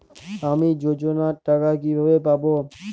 আমি যোজনার টাকা কিভাবে পাবো?